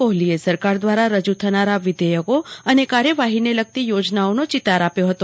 કોહલીએ સરકાર દ્વારા રજૂ થનારા વિધેયકો અને કાર્યવાહીને લગતી યોજનાઓનો ચિતાર આપ્યો હતો